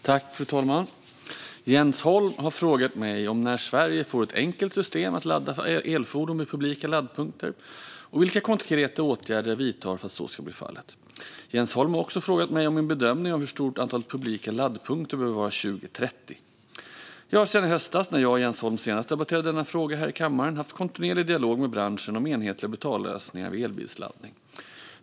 Fru talman! Jens Holm har frågat mig när Sverige får ett enkelt system för att ladda elfordon vid publika laddpunkter och vilka konkreta åtgärder jag vidtar för att så ska bli fallet. Jens Holm har också frågat mig om min bedömning av hur stort antalet publika laddpunkter behöver vara 2030. Jag har sedan i höstas, när jag och Jens Holm senast debatterade denna fråga här i kammaren, haft kontinuerlig dialog med branschen om enhetliga betallösningar vid elbilsladdning.